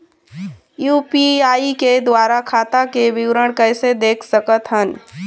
UPI के द्वारा खाता के विवरण कैसे देख सकत हन?